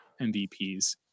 MVPs